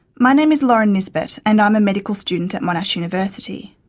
my name is lauren nisbet and i'm a medical student at monash university.